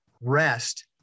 rest